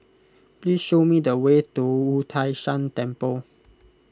please show me the way to Wu Tai Shan Temple